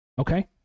okay